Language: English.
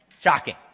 Shocking